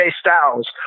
Styles